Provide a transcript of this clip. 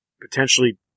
potentially